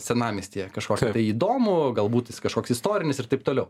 senamiestyje kažkokį tai įdomų galbūt jis kažkoks istorinis ir taip toliau